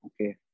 okay